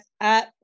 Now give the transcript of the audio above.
up